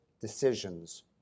decisions